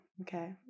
Okay